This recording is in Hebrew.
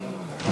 מתנגדים.